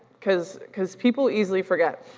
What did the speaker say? cause cause people easily forget,